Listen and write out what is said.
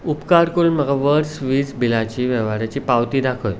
उपकार करून म्हाका वर्स वीज बिलाची वेव्हाराची पावती दाखय